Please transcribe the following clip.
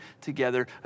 together